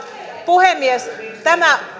puhemies tämä